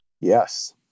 yes